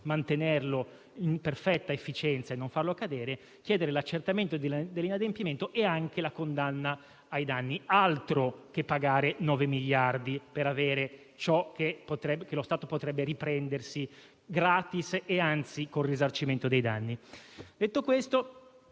mantenerlo in perfetta efficienza e non farlo cadere; inoltre, potrebbe richiedere anche la condanna ai danni, altro che pagare nove miliardi per avere ciò che lo Stato potrebbe riprendersi gratis e, anzi, con il risarcimento dei danni.